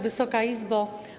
Wysoka Izbo!